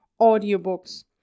audiobooks